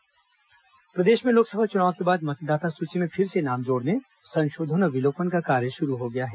मतदाता सुची प्रदेश में लोकसभा चुनाव के बाद मतदाता सूची में फिर से नाम जोड़ने संशोधन और विलोपन का कार्य शुरू हो गया है